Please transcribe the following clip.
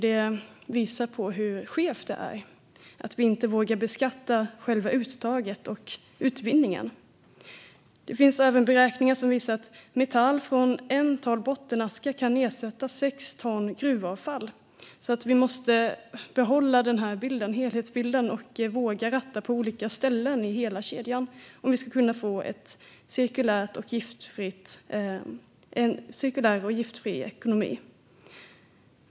Det visar på hur skevt det är. Vi vågar inte beskatta själva uttaget och utvinningen. Det finns även beräkningar som visar att metall från ett ton bottenaska kan ersätta sex ton gruvavfall. Vi måste behålla helhetsbilden och våga ratta på olika ställen i hela kedjan om vi ska kunna få en cirkulär och giftfri ekonomi.